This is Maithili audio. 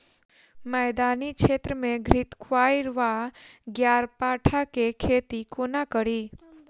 मैदानी क्षेत्र मे घृतक्वाइर वा ग्यारपाठा केँ खेती कोना कड़ी?